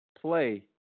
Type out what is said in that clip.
play